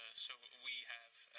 ah so we have